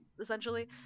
essentially